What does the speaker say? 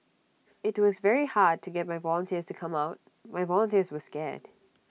IT was very hard to get my volunteers to come out my volunteers were scared